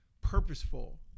purposeful